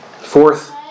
Fourth